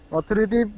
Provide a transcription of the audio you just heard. Authority